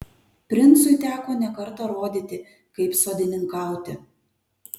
princui teko ne kartą rodyti kaip sodininkauti